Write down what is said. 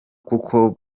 kuko